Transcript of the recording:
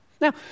Now